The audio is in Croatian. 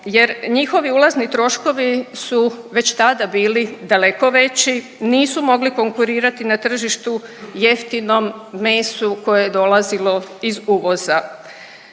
Jer njihovi ulazni troškovi su već tada bili daleko veći, nisu mogli konkurirati na tržištu jeftinom mesu koje je dolazilo iz uvoza.